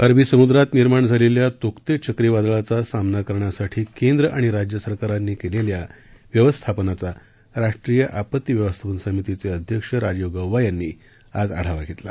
अरबी समुद्रात निर्माण झालेल्या तोक्ते चक्रीवादळाचा सामना करण्यासाठी केंद्र आणि राज्य सरकारांनी केलेल्या व्यवस्थापनाचा राष्ट्रीय आपती व्यवस्थापन समितीचे अध्यक्ष राजीव गौबा यांनी आज आढावा घेतला